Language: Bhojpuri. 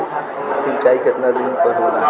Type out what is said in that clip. सिंचाई केतना दिन पर होला?